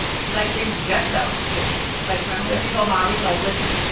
she likes things just so yeah like, remember when she told molly, like, listen.